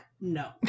no